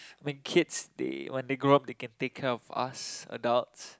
make kids they when they grow up they can take care of us adults